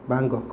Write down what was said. Bangkok